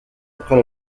après